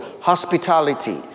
hospitality